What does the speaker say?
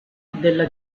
della